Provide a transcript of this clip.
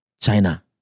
China